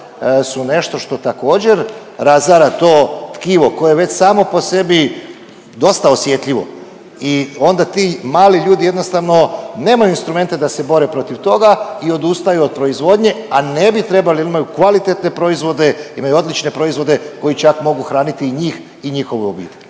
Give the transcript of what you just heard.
su nešto što također razara to tkivo koje je već samo po sebi dosta osjetljivo i onda ti mali ljudi jednostavno nemaju instrumente da se bore protiv toga i odustaju od proizvodnje, a ne bi trebali jer imaju kvalitetne proizvode, imaju odlične proizvode koji čak mogu hraniti i njih i njihove obitelji.